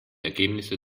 ergebnisse